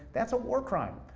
that's a war crime.